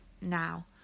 now